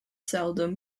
seldom